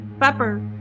pepper